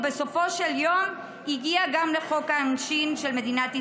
ובסופו של יום הגיעה גם לחוק העונשין של מדינת ישראל.